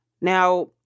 Now